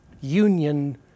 union